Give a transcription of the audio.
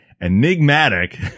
enigmatic